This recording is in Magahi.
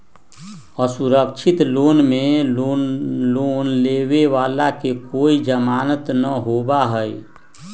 असुरक्षित लोन में लोन लेवे वाला के कोई जमानत न होबा हई